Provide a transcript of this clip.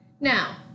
Now